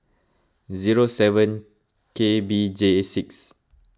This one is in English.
zero seven K B J six